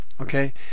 okay